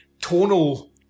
tonal